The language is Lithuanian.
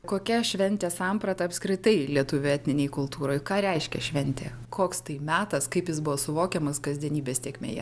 kokia šventės samprata apskritai lietuvių etninėj kultūroj ką reiškia šventė koks tai metas kaip jis buvo suvokiamas kasdienybės tėkmėje